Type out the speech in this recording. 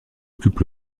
occupe